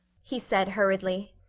he said hurriedly,